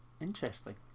Interesting